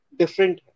different